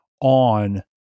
on